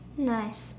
nice